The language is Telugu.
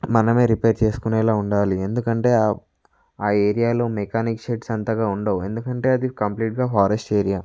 మనమే రిపేర్ చేసుకునేలా ఉండాలి ఎందుకంటే ఆ ఏరియాలో మెకానిక్ షేడ్స్ అంతగా ఉండవు ఎందుకంటే అది కంప్లీట్గా ఫారెస్ట్ ఏరియా